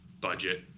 budget